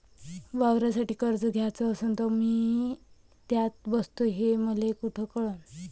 वावरासाठी कर्ज घ्याचं असन तर मी त्यात बसतो हे मले कुठ कळन?